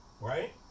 right